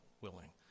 willing